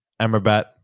Amrabat